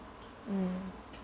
mm